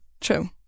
True